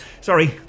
Sorry